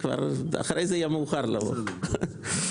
אחרי זה יהיה מאוחר לבוא לפה.